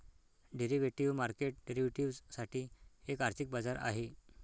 derivative market derivatives साठी एक आर्थिक बाजार आहे